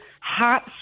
hot